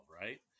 right